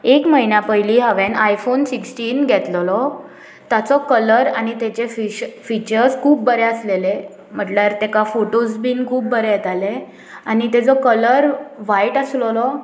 एक म्हन्या पयलीं हांवें आयफोन सिक्टीन घेतलोलो ताचो कलर आनी तेचे फिस फिचर्ज खूब बरें आसलेले म्हटल्यार तेका फोटूज बीन खूब बरें येतालें आनी तेजो कलर व्हायट आसलोलो